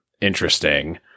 interesting